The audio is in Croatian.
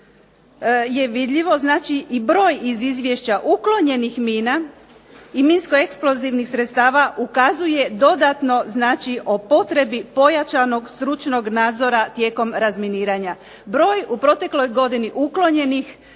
je vidljivo znači i broj iz izvješća uklonjenih mina i minsko eksplozivnih sredstava ukazuje dodatno znači o potrebi pojačanog stručnog nadzora tijekom razminiranja. Broj u protekloj godini uklonjenih